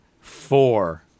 four